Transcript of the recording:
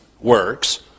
works